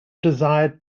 desired